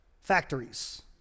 factories